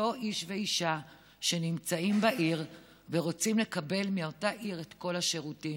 לאותם איש ואישה שנמצאים בעיר ורוצים לקבל מאותה עיר את כל השירותים.